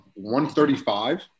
$135